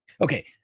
Okay